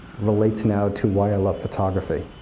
relates now to why i love photography.